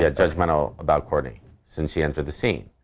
yeah, judgmental about courtney since she entered the scene.